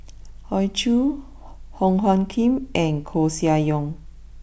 Hoey Choo Wong Hung Khim and Koeh Sia Yong